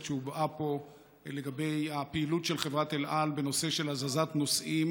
שהובעה פה לגבי הפעילות של חברת אל על בנושא של הזזת נוסעים